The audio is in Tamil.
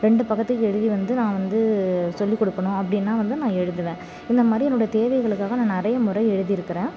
ரெண்டு பக்கத்துக்கு எழுதி வந்து நான் வந்து சொல்லிக்கொடுக்கணும் அப்படின்னா வந்து நான் எழுதுவேன் இந்த மாதிரி என்னோடய தேவைகளுக்காக நான் நிறைய முறை எழுதியிருக்குறேன்